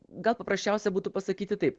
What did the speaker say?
gal paprasčiausia būtų pasakyti taip